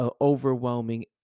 overwhelming